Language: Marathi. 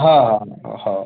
हां हां हो